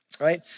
right